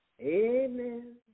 Amen